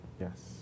Yes